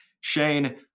Shane